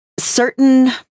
certain